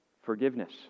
Forgiveness